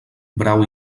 brau